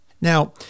Now